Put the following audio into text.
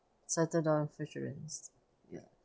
settle down with insurance ya